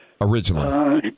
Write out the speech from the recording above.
originally